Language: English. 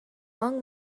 long